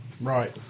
Right